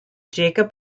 jacob